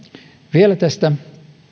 vielä tästä